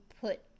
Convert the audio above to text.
put